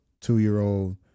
two-year-old